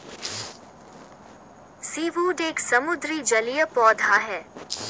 seaweed एक समुद्री जलीय पौधा है